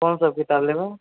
कोन सब किताब लेबै